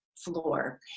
floor